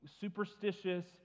superstitious